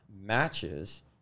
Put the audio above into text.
matches